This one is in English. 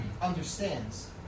understands